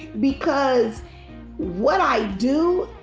because what i do,